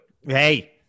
Hey